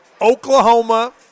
Oklahoma